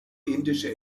indische